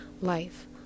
life